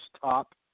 top